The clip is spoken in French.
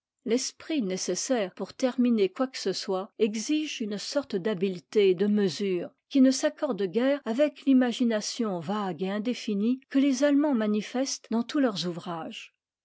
l'esprit nécessaire pour terminer quoi que ce soit exige une sorte d'habileté et de mesure qui ne s'accorde guère avec l'imagination vague et indécnie que les allemands manifestent dans tous leurs ouvrages